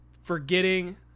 forgetting